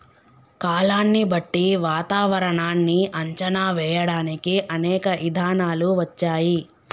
కాలాన్ని బట్టి వాతావరనాన్ని అంచనా వేయడానికి అనేక ఇధానాలు వచ్చాయి